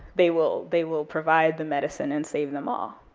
they will they will provide the medicine and save them all.